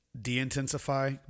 de-intensify